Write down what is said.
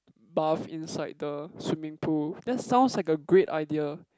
bath inside the swimming pool that sounds like a great idea